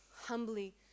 humbly